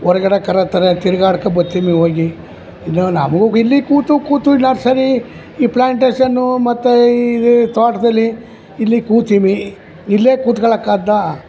ಹೊರ್ಗಡೆ ಕರೆತ್ತರೆ ತಿರುಗಾಡ್ಕೊ ಬರ್ತೀನಿ ಹೋಗಿ ಇನ್ನು ನಮಗು ಇಲ್ಲಿ ಕೂತು ಕೂತು ಈ ನರ್ಸರಿ ಈ ಪ್ಲ್ಯಾಂಟೇಷನ್ನು ಮತ್ತು ಈ ಇದು ತೋಟದಲ್ಲಿ ಇಲ್ಲಿ ಕೂತೀವಿ ಇಲ್ಲೇ ಕುತ್ಕೊಳಕಾಗ್ದು